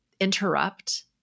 interrupt